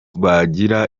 bagira